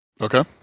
Okay